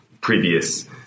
previous